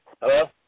Hello